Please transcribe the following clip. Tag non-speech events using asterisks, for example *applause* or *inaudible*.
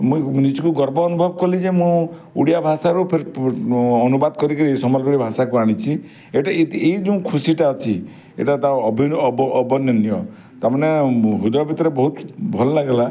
ମୁଁ ନିଜୁକୁ ଗର୍ବ ଅନୁଭବ କଲିଯେ ମୁଁ ଓଡ଼ିଆ ଭାଷାରୁ ଫିର୍ ଅନୁବାଦ କରିକି ସମ୍ବଲପୁରୀ ଭାଷାକୁ ଆଣିଛି ଏଇ ଯେଉଁ ଖୁସିଟା ଅଛି ଏଇଟାତ ଅବର୍ଣ୍ଣନୀୟ ତା ମାନେ ହୃଦୟ ଭିତରୁ ବହୁତ୍ *unintelligible* ଭଲ ଲାଗିଲା